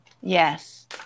Yes